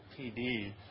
PD